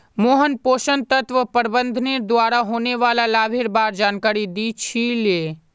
मोहन पोषण तत्व प्रबंधनेर द्वारा होने वाला लाभेर बार जानकारी दी छि ले